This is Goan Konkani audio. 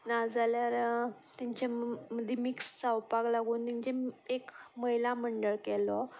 नाजाल्यार तेंच्या मदीं मिक्स जावपाक लागून तेंचे एक महिला मंडळ केलो